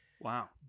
wow